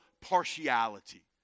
partiality